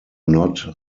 not